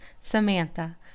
Samantha